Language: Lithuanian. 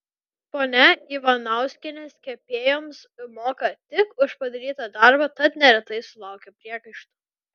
ponia ivanauskienės kepėjoms moka tik už padarytą darbą tad neretai sulaukia priekaištų